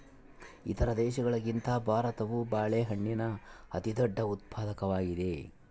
ಇತರ ದೇಶಗಳಿಗಿಂತ ಭಾರತವು ಬಾಳೆಹಣ್ಣಿನ ಅತಿದೊಡ್ಡ ಉತ್ಪಾದಕವಾಗಿದೆ